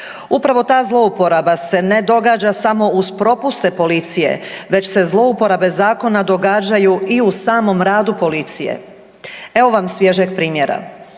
Upravo ta zlouporaba se ne događa samo uz propuste policije, već se zlouporabe zakona događaju i u samom radu policije. Evo vam svježeg primjera.